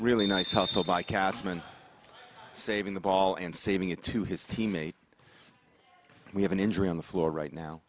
really nice hustle by katzman saving the ball and saving it to his teammate we have an injury on the floor right now